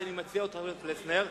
ואני מציע לך לשמוע.